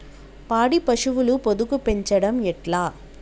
పాడి పశువుల పొదుగు పెంచడం ఎట్లా?